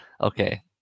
Okay